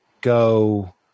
go